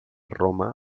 roma